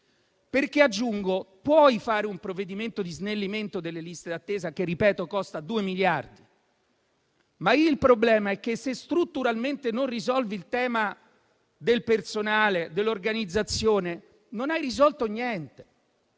perché - aggiungo - si può fare un provvedimento di snellimento delle liste d'attesa che, ripeto, costa 2 miliardi, ma il problema è che, se strutturalmente non si risolve il tema del personale e dell'organizzazione, non si è risolto niente.